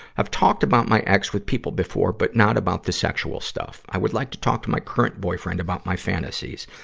i've talked about my ex with people before, but not about the sexual stuff. i would like to talk to my current boyfriend about my fantasies,